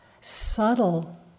subtle